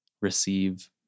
receive